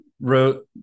wrote